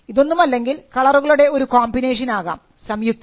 ഇതൊന്നുമല്ലെങ്കിൽ കളറുകളുടെ ഒരു കോമ്പിനേഷൻ ആകാം സംയുക്തം